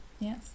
Yes